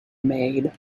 made